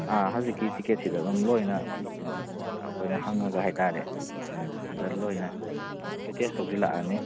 ꯑꯥ ꯍꯧꯖꯤꯛꯀꯤ ꯇꯤꯛꯀꯦꯠꯁꯤꯗ ꯑꯗꯨꯝ ꯂꯣꯏꯅ ꯑꯩꯈꯣꯏꯅ ꯍꯪꯉꯒ ꯍꯥꯏꯇꯥꯔꯦ ꯑꯗ ꯂꯣꯏꯅ ꯑꯦꯇꯦꯁ ꯇꯧꯁꯤꯜꯂꯛꯑꯅꯤ